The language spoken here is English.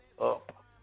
up